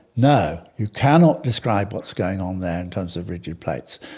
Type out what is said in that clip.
no, you cannot describe what's going on there in terms of rigid plates.